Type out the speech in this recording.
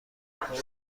هووی